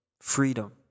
freedom